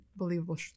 unbelievable